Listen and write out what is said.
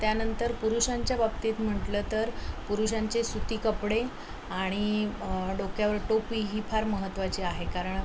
त्यानंतर पुरुषांच्या बाबतीत म्हटलं तर पुरुषांचे सुती कपडे आणि डोक्यावर टोपी ही फार महत्त्वाची आहे कारण